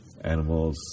animals